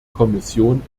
kommission